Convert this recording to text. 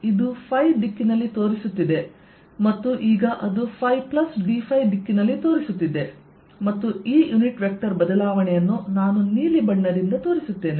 ಇದು ದಿಕ್ಕಿನಲ್ಲಿ ತೋರಿಸುತ್ತಿದೆ ಮತ್ತು ಈಗ ಅದು ϕdϕ ದಿಕ್ಕಿನಲ್ಲಿ ತೋರಿಸುತ್ತಿದೆ ಮತ್ತು ಈ ಯುನಿಟ್ ವೆಕ್ಟರ್ ಬದಲಾವಣೆಯನ್ನು ನಾನು ನೀಲಿ ಬಣ್ಣದಿಂದ ತೋರಿಸುತ್ತೇನೆ